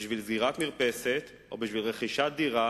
בשביל סגירת מרפסת, בשביל רכישת דירה